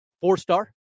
four-star